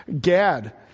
Gad